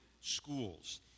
schools